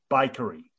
bakery